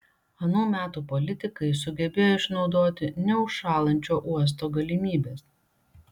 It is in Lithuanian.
anų metų politikai sugebėjo išnaudoti neužšąlančio uosto galimybes